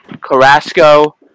Carrasco